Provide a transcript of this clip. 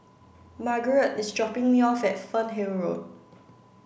Margarette is dropping me off at Fernhill Road